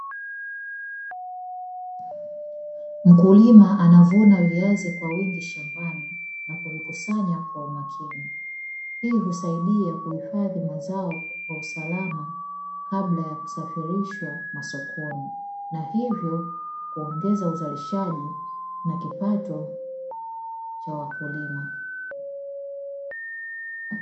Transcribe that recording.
Mkulima anavuna viazi kwa wingi shambani na kuvikusanya kwa umakini, hii husaidia kuhifadhi mazao kwa usalama kabla ya kusafirishwa masokoni, na hivyo kuongeza uzalishaji na kipato cha wakulima.